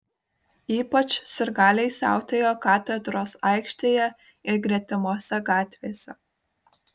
ypač sirgaliai siautėjo katedros aikštėje ir gretimose gatvėse